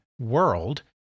world